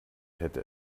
hätte